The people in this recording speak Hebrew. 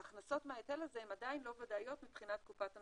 ההכנסות מההיטל הזה הן עדיין לא ודאיות מבחינת קופת המדינה.